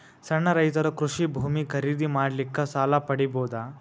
ಸಣ್ಣ ರೈತರು ಕೃಷಿ ಭೂಮಿ ಖರೀದಿ ಮಾಡ್ಲಿಕ್ಕ ಸಾಲ ಪಡಿಬೋದ?